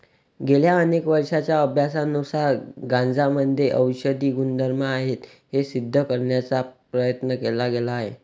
गेल्या अनेक वर्षांच्या अभ्यासानुसार गांजामध्ये औषधी गुणधर्म आहेत हे सिद्ध करण्याचा प्रयत्न केला गेला आहे